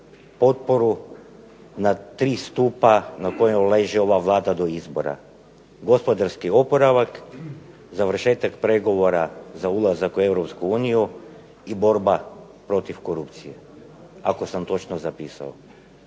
potporu na tri stupa na kojem leži ova Vlada do izbora gospodarski oporavak, završetak pregovora za ulazak u Europsku uniju i borba protiv korupcije ako sam točno zapisao.